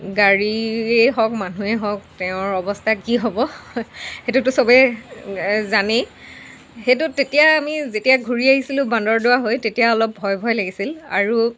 গাড়ীয়ে হওক মানুহেই হওক তেওঁৰ অৱস্থা কি হ'ব সেইটোতো চবেই জানেই সেইটো তেতিয়া আমি যেতিয়া ঘূৰি আহিছিলোঁ বান্দৰদোৱা হয় তেতিয়া অলপ ভয় ভয় লাগিছিল আৰু